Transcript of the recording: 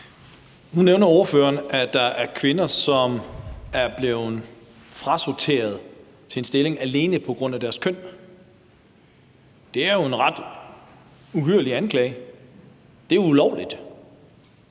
Nu nævner ordføreren, at der er kvinder, som er blevet frasorteret til en stilling alene på grund af deres køn. Det er jo en ret uhyrlig anklage. Det er ulovligt.